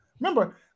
Remember